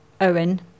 Owen